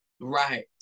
right